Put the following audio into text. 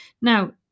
Now